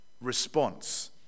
response